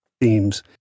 Themes